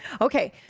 okay